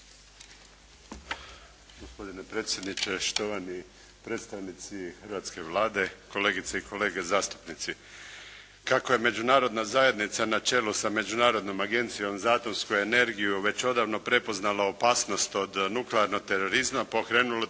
Gospodine predsjedniče, štovani predstavnici hrvatske Vlade, kolegice i kolege zastupnici. Kako je međunarodna zajednica na čelu sa Međunarodnom agencijom za atomsku energiju već odavno prepoznala opasnost od nuklearnog terorizma pokrenuto je